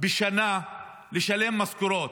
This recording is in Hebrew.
בשנה לשלם משכורות.